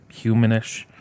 humanish